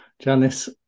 Janice